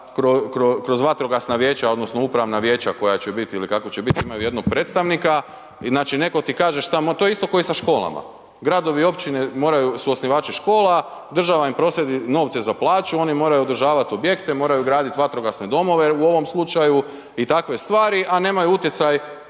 kroz vatrogasna vijeća odnosno upravna vijeća koja će bit ili kako će bit imaju jednog predstavnika, znači neko ti kaže šta, to je isto ko i sa školama, gradovi i općine moraju, su osnivači škola, država im proslijedi novce za plaću, oni moraju održavat objekte, moraju gradit vatrogasne domove u ovom slučaju i takve stvari, a nemaju utjecaj